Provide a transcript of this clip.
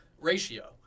Ratio